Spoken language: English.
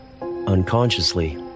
Unconsciously